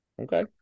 okay